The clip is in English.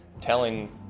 telling